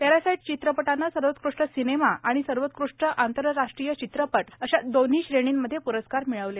parasite या चित्रपटानं सर्वोकृष्ट सिनेमा आणि सर्वोकृष्ट आंतरराष्ट्रीय चित्रपट अशा दोन्ही श्रेणींमध्ये प्रस्कार मिळवले